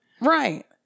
Right